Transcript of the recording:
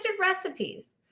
recipes